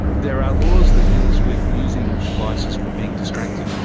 there are laws that deal with using devices for being distracted,